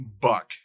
Buck